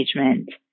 engagement